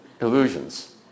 illusions